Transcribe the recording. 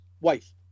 wife